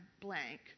blank